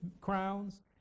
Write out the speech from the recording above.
crowns